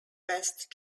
best